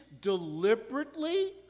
deliberately